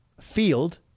field